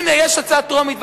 הנה, יש הצעה טרומית.